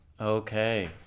Okay